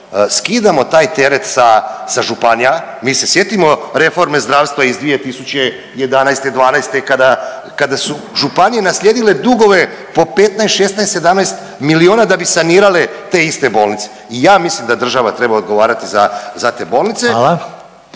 skidamo taj teret sa županija. Mi se sjetimo reforme zdravstva iz 2011., dvanaeste kada su županije naslijedile dugove po 15, 16, 17 milijuna da bi sanirale te iste bolnice. I ja mislim da država treba odgovarati za te bolnice.